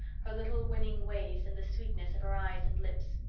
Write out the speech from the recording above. her little winning ways, and the sweetness of her eyes and lips.